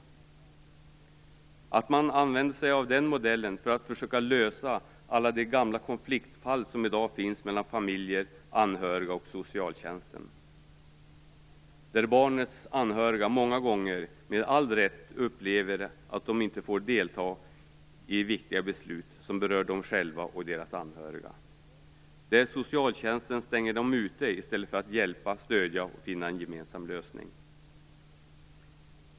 Vi anser att man bör använda sig av den modellen för att försöka lösa alla de gamla konfliktfall som i dag finns mellan familjer, anhöriga och socialtjänsten där barnets anhöriga många gånger med all rätt upplever att de inte får delta i viktiga beslut som berör dem och deras anhöriga och där socialtjänsten stänger dem ute i stället för att hjälpa, stödja och finna en gemensam lösning.